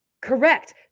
Correct